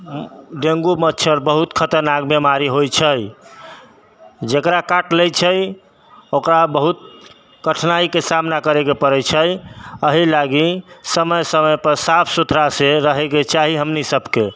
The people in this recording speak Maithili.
डेंगू मच्छर बहुत खतरनाक बीमारी होइ छै जकरा काटि लै छै ओकरा बहुत कठिनाइके सामना करैके पड़ै छै अहि लागि समय समयपर साफ सुथड़ासँ रहैके चाही हमनी सबके